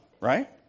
right